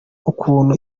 ukuntu